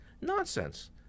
nonsense